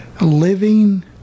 Living